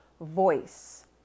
voice